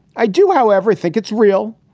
i do, however think it's real,